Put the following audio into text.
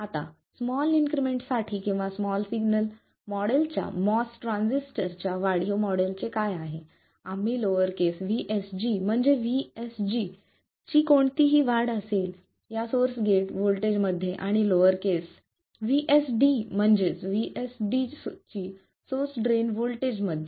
आता small increment साठी किंवा स्मॉल सिग्नल मॉडेलच्या MOS ट्रान्झिस्टरच्या वाढीव मॉडेलचे काय आहे आम्ही लोअरकेस V SG म्हणजे vSG ची कोणतीही वाढ असेल या सोर्स गेट व्होल्टेज मध्ये आणि लोअरकेस V SD म्हणजे vSD ची सोर्स ड्रेन व्होल्टेज मध्ये